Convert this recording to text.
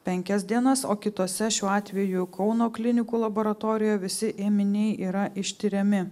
penkias dienas o kitose šiuo atveju kauno klinikų laboratorijoje visi ėminiai yra ištiriami